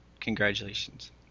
Congratulations